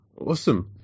Awesome